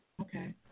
Okay